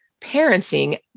parenting